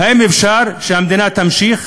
האם אפשר שהמדינה תמשיך,